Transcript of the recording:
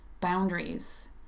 boundaries